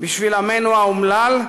כחוק בשביל עמנו האומלל,